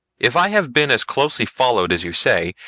if i have been as closely followed as you say,